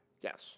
Yes